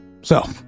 So